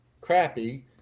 crappy